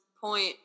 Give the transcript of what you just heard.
point